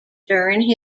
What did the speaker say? during